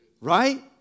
right